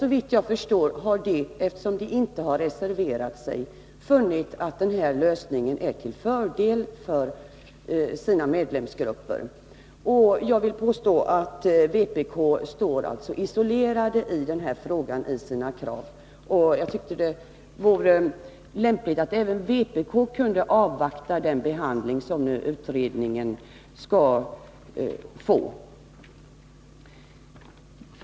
Såvitt jag förstår har de, eftersom de inte reserverat sig, funnit att den föreslagna lösningen är till fördel för deras medlemsgrupper. Jag vill påstå att vänsterpartiet kommunisterna står isolerat med sina krav i den här frågan. Jag tycker det vore lämpligt att även vpk avvaktade den behandling som utredningens förslag skall få.